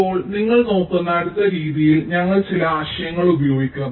ഇപ്പോൾ നിങ്ങൾ നോക്കുന്ന അടുത്ത രീതിയിൽ ഞങ്ങൾ ചില ആശയങ്ങൾ ഉപയോഗിക്കും